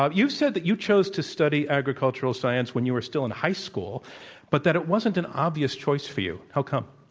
ah you said that you chose to study agricultural science when you were still in high school but that it wasn't an obvious choice for you. how come?